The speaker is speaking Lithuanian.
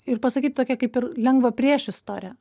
ir pasakyti tokią kaip ir lengvą priešistorę